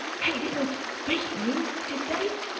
they didn't beat you, did they